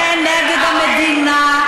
או, נגד המדינה,